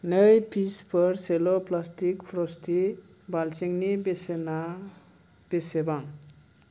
नै पिसफोर सेल' प्लास्टिक फ्रस्टि बालथिंनि बेसेना बेसेबां